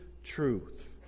truth